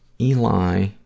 eli